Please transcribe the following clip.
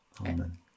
Amen